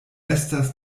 estas